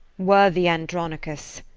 worthy andronicus,